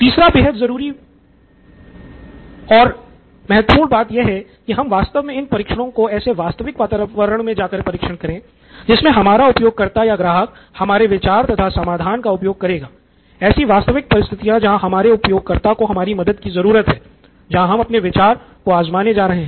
तीसरा बेहद ज़रूरी बात यह है कि हम वास्तव में इन परीक्षणों को ऐसे वास्तविक वातावरण में जा कर परीक्षण करे जिसमें हमारा उपयोगकर्ता या ग्राहक हमारे विचार तथा समाधान का उपयोग करेगा ऐसी वास्तविक परिस्थितियाँ जहां हमारे उपयोगकर्ता को हमारी मदद की जरूरत है जहां पर हम अपने विचार को आज़माने जा रहे हैं